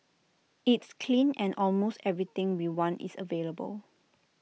it's clean and almost everything we want is available